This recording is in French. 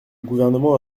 gouvernement